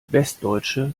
westdeutsche